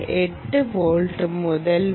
8 volt മുതൽ 3